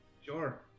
Sure